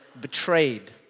betrayed